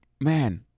Man